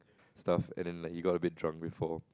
stuff it didn't like you got a bit drunk before